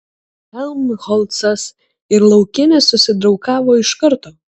helmholcas ir laukinis susidraugavo iš karto